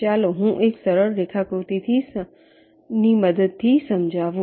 ચાલો હું એક સરળ રેખાકૃતિની મદદથી સમજાવું